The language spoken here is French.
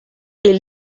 est